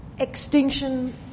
Extinction